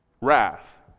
Wrath